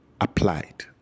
applied